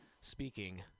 Speaking